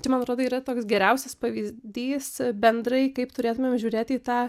čia man atrodo yra toks geriausias pavyzdys bendrai kaip turėtumėm žiūrėti į tą